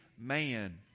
man